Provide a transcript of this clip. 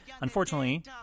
unfortunately